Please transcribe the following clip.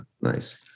nice